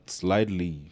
slightly